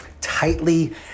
tightly